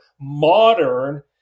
modern